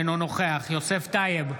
אינו נוכח יוסף טייב,